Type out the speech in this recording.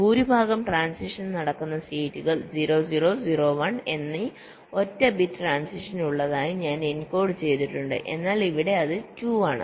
ഭൂരിഭാഗം ട്രാന്സിഷൻസും നടക്കുന്ന സ്റ്റേറ്റ്കൾ 0 0 0 1 എന്നീ ഒറ്റ ബിറ്റ് ട്രാന്സിഷൻ ഉള്ളതായി ഞാൻ എൻകോഡ് ചെയ്തിട്ടുണ്ട് എന്നാൽ ഇവിടെ അത് 2 ആണ്